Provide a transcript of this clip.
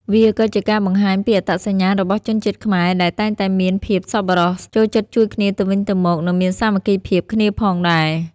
វាក៏ជាការបង្ហាញពីអត្តសញ្ញាណរបស់ជនជាតិខ្មែរដែលតែងតែមានភាពសប្បុរស ចូលចិត្តជួយគ្នាទៅវិញទៅមក និងមានសាមគ្គីភាពគ្នាផងដែរ។